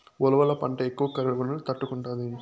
ఉలవల పంట ఎక్కువ కరువును తట్టుకుంటాది